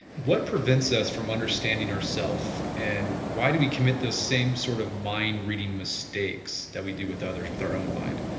what prevents us from understanding our self and why do we commit the same sort of mind reading mistakes that we do with other with our own mind?